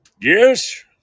Yes